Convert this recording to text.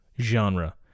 genre